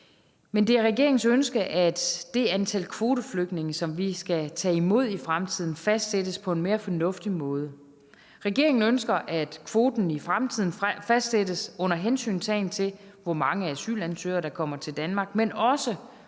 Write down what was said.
Men det er regeringens ønske, at det antal kvoteflygtninge, som vi skal tage imod i fremtiden, fastsættes på en mere fornuftig måde. Regeringen ønsker, at kvoten i fremtiden fastsættes, under hensyntagen til hvor mange asylansøgere der kommer til Danmark, men også under